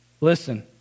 Listen